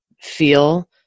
feel